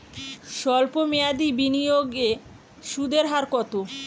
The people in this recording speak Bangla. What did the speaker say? সল্প মেয়াদি বিনিয়োগে সুদের হার কত?